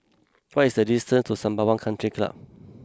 what is the distance to Sembawang Country Club